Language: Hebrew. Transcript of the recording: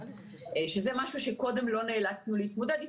שזה משהו שקודם לא נאלצנו להתמודד איתו.